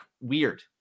weird